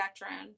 veteran